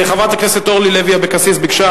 חברת הכנסת אורלי לוי אבקסיס ביקשה,